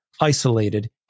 isolated